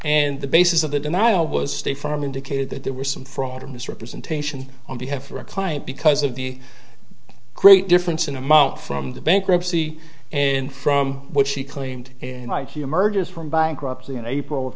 and the basis of the denial was stay firm indicated that there were some fraud or misrepresentation on be had for a client because of the great difference in amount from the bankruptcy and from what she claimed and i q emerges from bankruptcy in april of